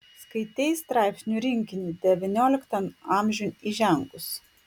skaitei straipsnių rinkinį devynioliktan amžiun įžengus